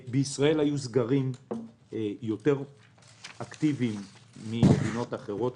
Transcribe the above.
בישראל היו סגרים יותר אקטיביים ממדינות אחרות.